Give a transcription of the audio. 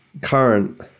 current